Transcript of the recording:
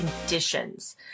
conditions